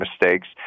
mistakes